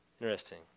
Interesting